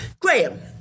Graham